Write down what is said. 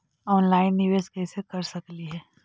Online निबेस कैसे कर सकली हे?